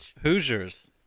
Hoosiers